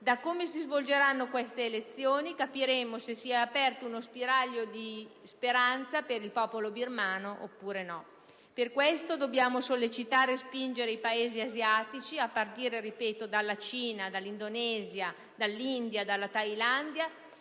Da come si svolgeranno queste elezioni capiremo se si è aperto uno spiraglio di speranza per il popolo birmano oppure no. Per questo dobbiamo sollecitare e spingere i Paesi asiatici, a partire, ripeto, dalla Cina, dall'Indonesia, dall'India e dalla Tailandia,